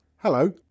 Hello